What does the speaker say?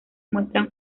muestran